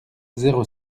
zéro